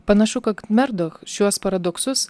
panašu kad merdok šiuos paradoksus